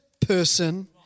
person